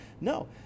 No